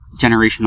generational